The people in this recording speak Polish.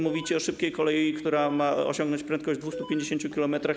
Mówicie o szybkiej kolei, która ma osiągnąć prędkość 250 km.